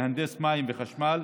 מהנדס מים וחשמל.